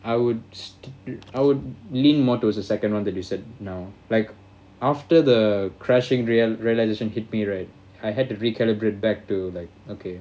I would s~ I would lean more towards the second one that you said now like after the crashing real~ realisation hit me right I had to recalibrate back to like okay